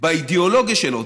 באידיאולוגיה שלו,